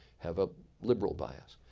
have a liberal bias.